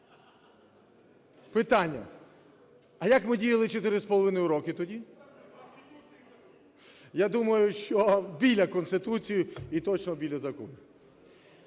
Питання. А як ми діяли 4,5 роки тоді? Я думаю, що біля Конституції і точно біля закону.